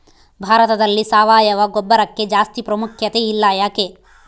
ಭಾರತದಲ್ಲಿ ಸಾವಯವ ಗೊಬ್ಬರಕ್ಕೆ ಜಾಸ್ತಿ ಪ್ರಾಮುಖ್ಯತೆ ಇಲ್ಲ ಯಾಕೆ?